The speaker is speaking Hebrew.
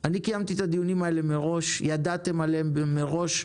קיימתי את הדיונים האלה מראש, ידעתם עליהם מראש.